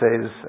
says